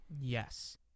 Yes